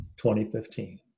2015